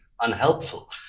unhelpful